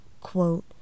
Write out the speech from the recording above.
quote